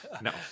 No